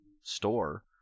store